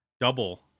double